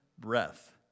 breath